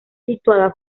situada